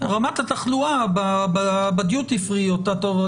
רמת התחלואה בדיוטי פרי היא אותה טוב,